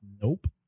Nope